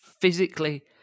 Physically